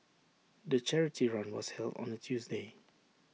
the charity run was held on A Tuesday